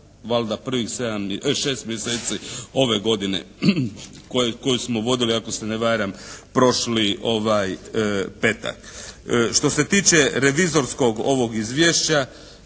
valjda prvih šest mjeseci ove godine koju smo vodili ako se ne varam prošli petak. Što se tiče revizorskog ovog izvješća